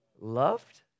Loved